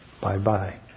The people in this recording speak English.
Bye-bye